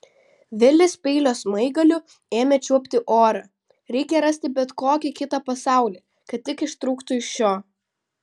vilis peilio smaigaliu ėmė čiuopti orą reikia rasti bet kokį kitą pasaulį kad tik ištrūktų iš šio